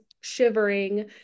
shivering